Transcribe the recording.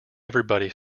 everybody